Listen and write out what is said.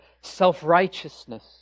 self-righteousness